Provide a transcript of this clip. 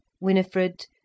Winifred